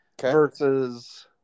versus –